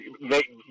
make